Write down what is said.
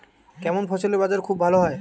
কেমন ফসলের বাজার খুব ভালো হয়?